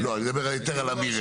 אני מדבר על היתר למרעה.